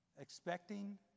Expecting